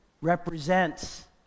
represents